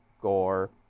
gore